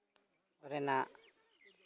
ᱨᱮᱱᱟᱜ